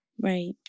Right